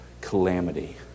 calamity